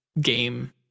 game